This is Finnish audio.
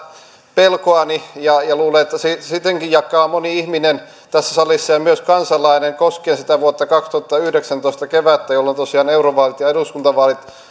pelkoani ja ja luulen että senkin jakaa moni ihminen tässä salissa ja myös kansalainen koskien sitä vuoden kaksituhattayhdeksäntoista kevättä jolloin tosiaan eurovaalit ja eduskuntavaalit